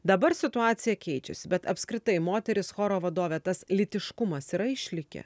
dabar situacija keičiasi bet apskritai moteris choro vadovė tas lytiškumas yra išlikę